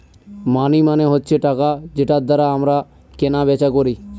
মানি মানে হচ্ছে টাকা যেটার দ্বারা আমরা কেনা বেচা করি